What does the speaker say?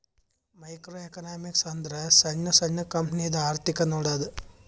micro economics ಅಂದುರ್ ಸಣ್ಣು ಸಣ್ಣು ಕಂಪನಿದು ಅರ್ಥಿಕ್ ನೋಡದ್ದು